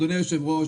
אדוני היושב-ראש,